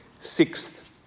Sixth